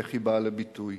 איך היא באה לביטוי.